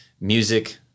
music